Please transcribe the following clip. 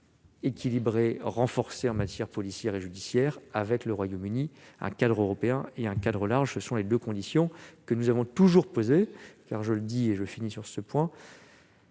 équilibrée, renforcée en matière policière et judiciaire avec le Royaume-Uni. Un cadre européen et un cadre large : telles sont les deux conditions que nous avons toujours posées. En effet, et je termine ma réponse